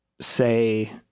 say